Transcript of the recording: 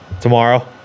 Tomorrow